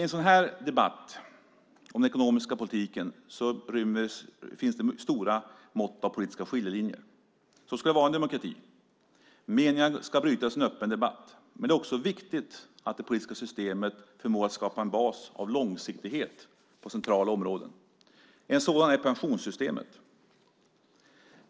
En sådan här debatt om den ekonomiska politiken rymmer stora mått av politiska skiljelinjer. Så ska det vara i en demokrati. Meningarna ska brytas i en öppen debatt. Men det är också viktigt att det politiska systemet förmår skapa en bas av långsiktighet på centrala områden. Ett sådant är pensionssystemet.